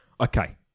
Okay